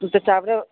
हा त चांवर